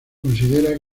considera